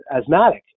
asthmatic